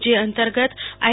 જે અંતર્ગત આઈ